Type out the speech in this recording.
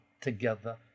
together